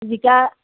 জিকা